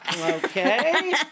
Okay